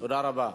תודה רבה.